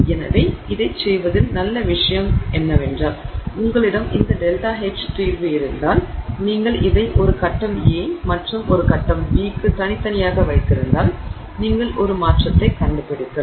எனவே இதைச் செய்வதில் நல்ல விஷயம் என்னவென்றால் உங்களிடம் இந்த ΔH தீர்வு இருந்தால் நீங்கள் இதை ஒரு கட்டம் A மற்றும் ஒரு கட்டம் B க்கு தனித்தனியாக வைத்திருந்தால் நீங்கள் ஒரு மாற்றத்தைக் கண்டுபிடிக்கலாம்